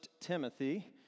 Timothy